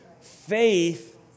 faith